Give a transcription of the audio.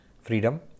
freedom